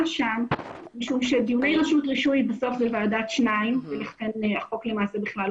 שם משום שדיוני רשות רישוי בסוף זאת ועדת שניים וכאן החוק למעשה לא חל.